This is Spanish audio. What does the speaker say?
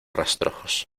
rastrojos